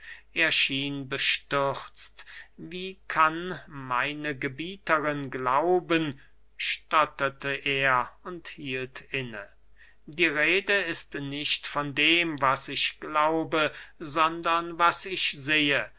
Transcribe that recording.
schien bestürzt wie kann meine gebieterin glauben stotterte er und hielt inne die rede ist nicht von dem was ich glaube sondern was ich sehe